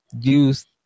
use